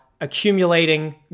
accumulating